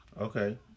Okay